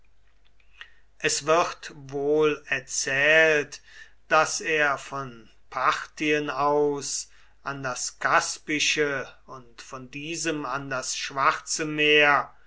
es wird wohl erzählt daß er von parthien aus an das kaspische und von diesem an das schwarze meer